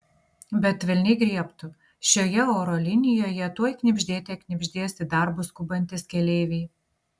bet velniai griebtų šioje oro linijoje tuoj knibždėte knibždės į darbus skubantys keleiviai